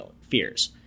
fears